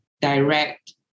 direct